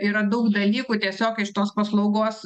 yra daug dalykų tiesiog iš tos paslaugos